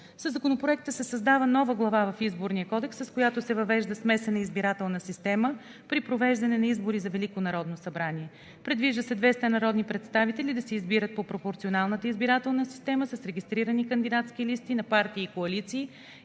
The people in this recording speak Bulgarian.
Със Законопроекта се създава нова глава в Изборния кодекс, с която се въвежда смесена избирателна система при провеждането на избори за Велико народно събрание. Предвижда се 200 народни представители да се избират по пропорционалната избирателна система с регистрирани кандидатски листи на партии и коалиции